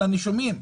על הנישומים,